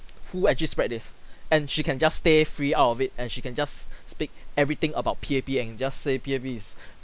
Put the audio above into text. who actually spread this and she can just stay free out of it and she can just speak everything about P_A_P and just say P_A_P is